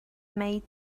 made